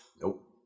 Nope